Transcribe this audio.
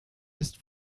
ist